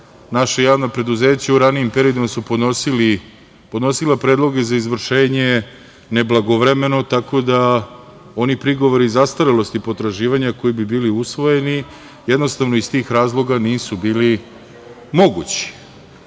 naša javna preduzeća u ranijim periodima su podnosila predloge za izvršenje neblagovremeno, tako da oni prigovori zastarelosti potraživanja koji bi bili usvojeni jednostavno iz tih razloga nisu bili mogući.